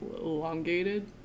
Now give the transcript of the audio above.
elongated